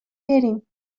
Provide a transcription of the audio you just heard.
بریم